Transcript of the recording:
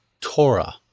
Torah